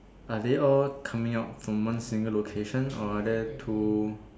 are they all coming out from one single location or are there two